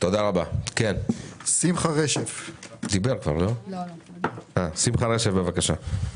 שמחה רשף, בבקשה,